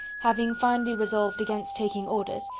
having finally resolved against taking orders,